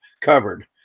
covered